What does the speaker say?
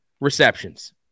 receptions